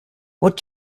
what